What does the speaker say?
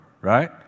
Right